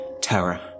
terror